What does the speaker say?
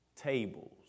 Tables